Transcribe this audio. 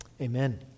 Amen